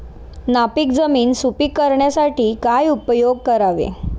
नापीक जमीन सुपीक करण्यासाठी काय उपयोग करावे?